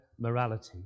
morality